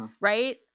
Right